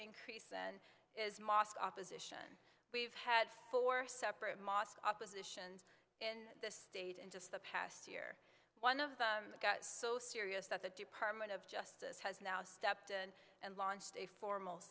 increase then is mosque opposition we've had four separate mosque oppositions in the state in just the past year one of them that gets so serious that the department of justice has now stepped in and launched a formal